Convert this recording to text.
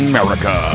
America